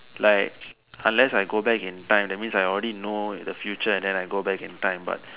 like unless I go back in time that means I already know the future and then I go back in time